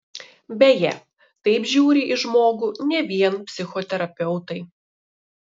beje taip žiūri į žmogų ne vien psichoterapeutai